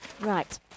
Right